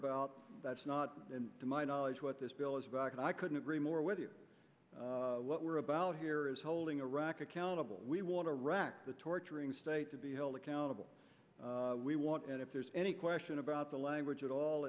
about that's not to my knowledge what this bill is back and i couldn't agree more with you what we're about here is holding iraq accountable we want to rock the torturing state to be held accountable we want and if there's any question about the language at all